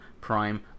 Prime